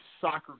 soccer